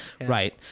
right